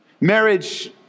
Marriage